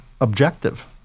objective